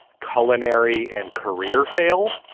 culinary and career fail.